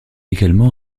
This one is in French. également